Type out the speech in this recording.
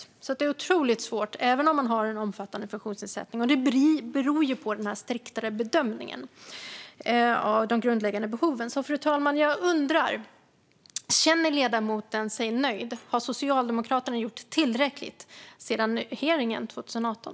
Det är alltså otroligt svårt även om man har en omfattande funktionsnedsättning. Det här beror på den striktare bedömningen av "grundläggande behov". Fru talman! Jag undrar om ledamoten känner sig nöjd. Har Socialdemokraterna gjort tillräckligt sedan hearingen 2018?